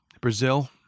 Brazil